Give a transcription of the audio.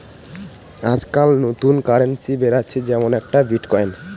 আজকাল নতুন কারেন্সি বেরাচ্ছে যেমন একটা বিটকয়েন